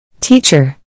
Teacher